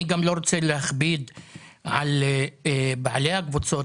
אני גם לא רוצה להכביד על בעלי הקבוצות,